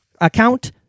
account